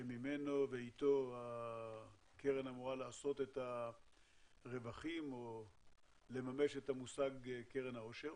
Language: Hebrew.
שממנו ואיתו הקרן אמורה לעשות את הרווחים או לממש את המושג קרן העושר.